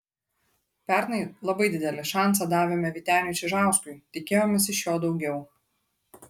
pernai labai didelį šansą davėme vyteniui čižauskui tikėjomės iš jo daugiau